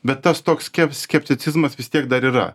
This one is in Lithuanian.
bet tas toks skepticizmas vis tiek dar yra